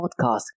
podcast